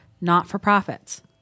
not-for-profits